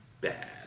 bad